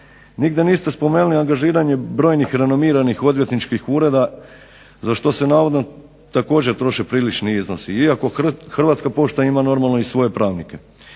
Nigdje niste spomenuli angažiranje brojnih renomiranih odvjetničkih ureda za što se navodno također troše prilični iznosi, iako Hrvatska pošta ima normalno i svoje pravnike.